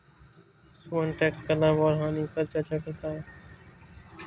Sohan tax का लाभ और हानि पर चर्चा करता है